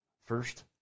first